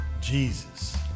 Jesus